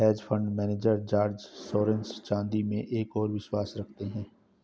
hedge fund manager George Soros चांदी में एक और विश्वास रखते हैं